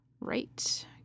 Right